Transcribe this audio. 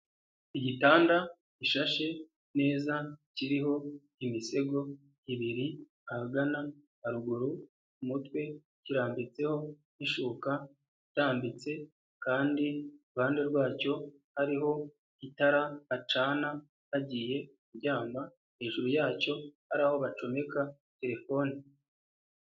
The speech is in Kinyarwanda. Igitanda gishashe neza kiriho imisego ibiri ahagana haruguru umutwe kirambitseho ishuka itambitse kandi iruhande rwacyo ari ho itara bacana bagiye kuryama hejuru yacyo ari aho bacomeka telefone.